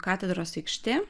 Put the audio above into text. katedros aikštė